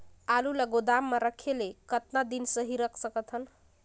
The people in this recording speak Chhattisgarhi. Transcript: आलू ल गोदाम म रखे ले कतका दिन सही रख सकथन?